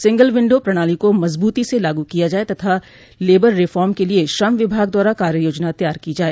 single window प्रणाली को मजबूती से लागू किया जाए तथा लेबर रिफॉर्म के लिए श्रम विभाग द्वारा कार्ययोजना तैयार की जाए